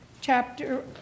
chapter